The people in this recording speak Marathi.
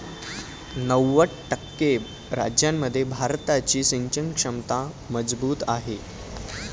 नव्वद टक्के राज्यांमध्ये भारताची सिंचन क्षमता मजबूत आहे